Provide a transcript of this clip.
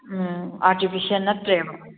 ꯎꯝ artificial ꯅꯠꯇ꯭ꯔꯦꯕ